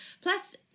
Plus